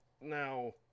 now